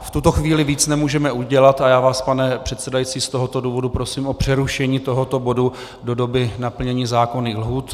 V tuto chvíli víc nemůžeme udělat a já vás, pane předsedající, z tohoto důvodu prosím o přerušení tohoto bodu do doby naplnění zákonných lhůt.